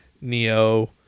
Neo